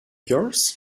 yours